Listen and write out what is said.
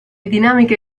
dinamiche